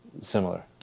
similar